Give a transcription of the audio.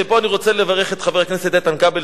ופה אני רוצה לברך את חבר הכנסת איתן כבל,